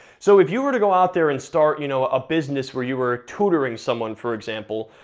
so if you were to go out there and start you know a business where you were tutoring someone, for example,